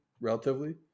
relatively